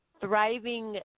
thriving